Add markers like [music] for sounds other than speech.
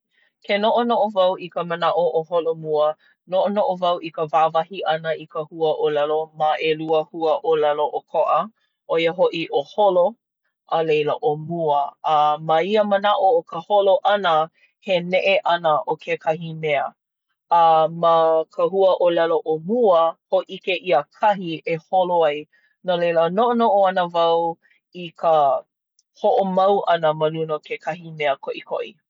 Ke noʻonoʻo wau i ka manaʻo o holomua, noʻonoʻo wau i ka wāwahi ʻana i ka huaʻōlelo ma ʻelua huaʻōlelo ʻokoʻa, ʻo ia hoʻi ʻo holo a leila ʻo mua. A ma ia manaʻo o ka holo ʻana, he neʻe ʻana o kekahi mea. A ma ka huaʻōlelo ʻo mua, hōʻike ʻia kahi e holo ai. No leila noʻonoʻo ana wau i ka [hesitation] hoʻomau ʻana ma luna o kekahi mea koʻikoʻi.